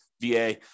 VA